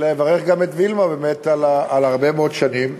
לברך גם את וילמה, באמת, על הרבה מאוד שנים.